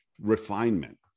refinement